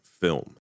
film